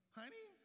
honey